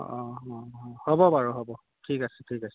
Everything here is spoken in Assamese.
অঁ অঁ অঁ হ'ব বাৰু হ'ব ঠিক আছে ঠিক আছে